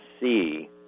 see